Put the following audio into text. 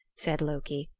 said loki,